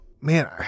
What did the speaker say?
Man